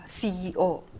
CEO